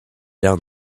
down